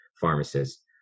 pharmacists